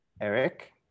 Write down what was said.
Eric